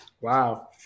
Wow